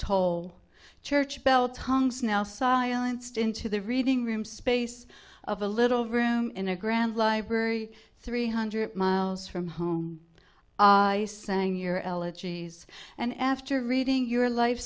toll church bell tongues now silenced into the reading room space of a little room in a grand library three hundred miles from home i sang your elegies and after reading your life